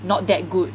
not that good